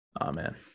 Amen